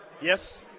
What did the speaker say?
Yes